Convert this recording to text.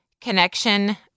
connection